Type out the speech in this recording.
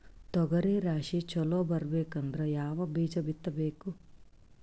ತೊಗರಿ ರಾಶಿ ಚಲೋ ಬರಬೇಕಂದ್ರ ಯಾವ ಬೀಜ ಬಿತ್ತಬೇಕು?